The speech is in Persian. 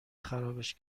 خرابش